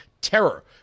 terror